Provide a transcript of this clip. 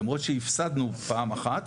למרות שהפסדנו פעם אחת,